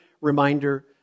reminder